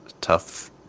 tough